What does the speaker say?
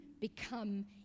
become